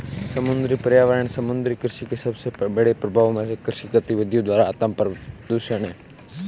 समुद्री पर्यावरण समुद्री कृषि के सबसे बड़े प्रभावों में से कृषि गतिविधियों द्वारा आत्मप्रदूषण है